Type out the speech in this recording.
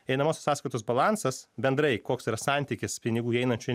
einamosios sąskaitos balansas bendrai koks yra santykis pinigų įeinančių